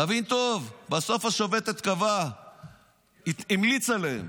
תבין טוב: בסוף השופטת המליצה להם